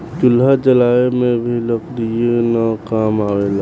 चूल्हा जलावे में भी लकड़ीये न काम आवेला